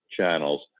channels